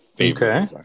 Okay